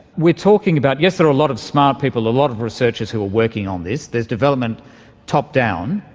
we're talking about, yes, there are a lot of smart people, a lot of researchers who are working on this. there's development top-down,